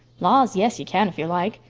laws, yes, you can if you like.